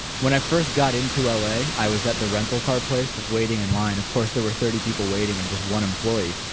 when i first got into l a, i was at the rental car place just waiting in line. of course, there were thirty people waiting and just one employee,